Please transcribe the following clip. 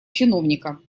чиновника